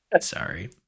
sorry